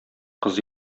кыз